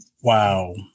Wow